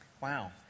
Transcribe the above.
Wow